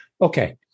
Okay